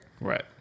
Right